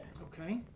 Okay